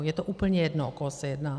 Je to úplně jedno, o koho se jedná.